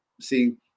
see